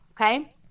okay